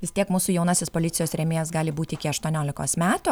vis tiek mūsų jaunasis policijos rėmėjas gali būti iki aštuoniolikos metų